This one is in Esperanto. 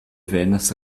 venas